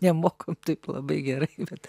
nemokam taip labai gerai bet